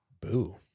Boo